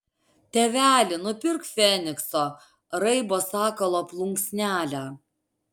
tėveli nupirk fenikso raibo sakalo plunksnelę